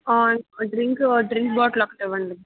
drink drink bottle ఒకటి ఇవ్వండి